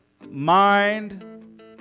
mind